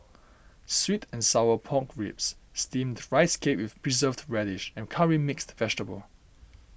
Sweet and Sour Pork Ribs Steamed Rice Cake with Preserved Radish and Curry Mixed Vegetable